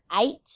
eight